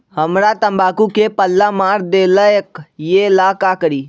हमरा तंबाकू में पल्ला मार देलक ये ला का करी?